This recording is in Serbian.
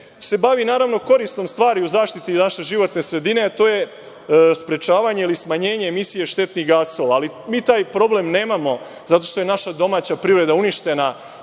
se bavi korisnom stvari u zaštiti naše životne sredine, a to je sprečavanje ili smanjenje emisije štetnih gasova. Mi taj problem nemamo zato što je naša domaća privreda uništena,